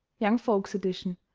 young folks' edition,